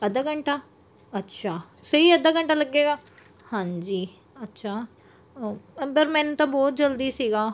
ਅੱਧਾ ਘੰਟਾ ਅੱਛਾ ਸਹੀ ਅੱਧਾ ਘੰਟਾ ਲੱਗੇਗਾ ਹਾਂਜੀ ਅੱਛਾ ਅ ਅੰਦਰ ਮੈਨੂੰ ਤਾਂ ਬਹੁਤ ਜਲਦੀ ਸੀਗਾ